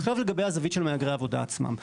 עכשיו לגבי הזווית של מהגרי העבודה עצמם.